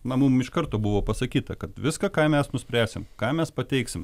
na mum iš karto buvo pasakyta kad viską ką mes nuspręsim ką mes pateiksim